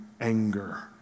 anger